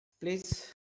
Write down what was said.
Please